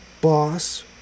boss